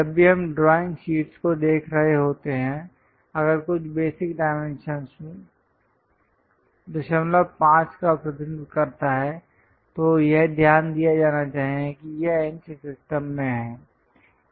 जब भी हम ड्रॉइंग शीट्स को देख रहे होते हैं अगर कुछ बेसिक डायमेंशन 5 का प्रतिनिधित्व करता है तो यह ध्यान दिया जाना चाहिए कि यह इंच सिस्टम में है